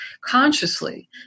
consciously